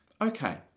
Okay